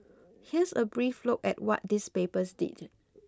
here's a brief look at what these papers did